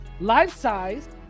life-sized